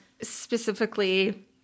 specifically